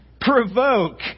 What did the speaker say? provoke